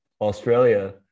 australia